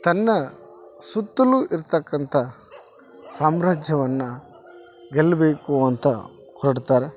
ತನ್ನ ಸುತ್ತಲೂ ಇರ್ತಕ್ಕಂಥ ಸಾಮ್ರಾಜ್ಯವನ್ನ ಗೆಲ್ಬೇಕು ಅಂತ ಹೊರಡ್ತಾರ